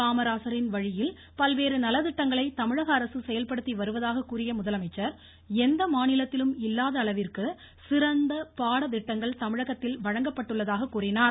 காமராஜரின் வழியில் பல்வேறு நலத்திட்டங்களை செயல்படுத்தி வருவதாக கூறிய முதலமைசச்ர் எந்த மாநிலத்திலும் இல்லாத அளவிற்கு சிறந்த பாட திட்டங்கள் தமிழகத்தில் வழங்கப்பட்டுள்ளதாக தெரிவித்தார்